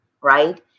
right